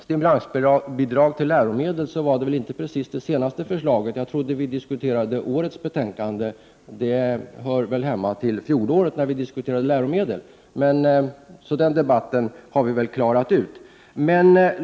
Stimulansbidrag till läromedel är väl inte precis det senaste förslaget. Jag trodde att vi diskuterade årets betänkande, och förslaget om stimulansbidrag hör hemma i fjolårets betänkande, då vi diskuterade läromedel. Så den debatten har vi väl klarat av.